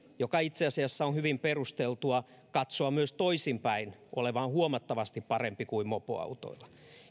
joka itse asiassa on hyvin perusteltua katsoa myös toisinpäin olevan huomattavasti parempi kuin mopoautoilla